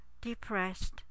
depressed